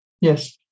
Yes